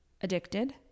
addicted